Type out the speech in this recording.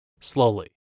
Slowly